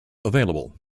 available